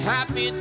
Happy